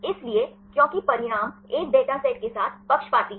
इसलिए क्योंकि परिणाम एक डेटासेट के साथ पक्षपाती हैं